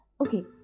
Okay